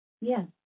Yes